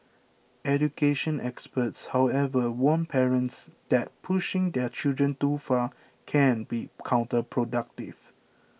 education experts however warn parents that pushing their children too far can be counterproductive